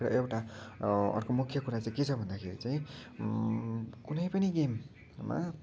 र एउटा अर्को मुख्य कुरा चाहिँ के छ भन्दाखेरि चाहिँ कुनै पनि गेममा